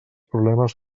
problemes